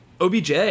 OBJ